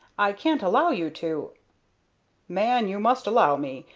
i can't allow you to man, you must allow me,